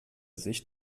sich